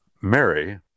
Mary